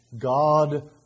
God